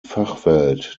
fachwelt